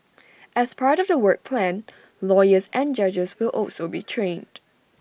as part of the work plan lawyers and judges will also be trained